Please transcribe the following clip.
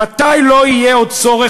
מתי לא יהיה עוד צורך,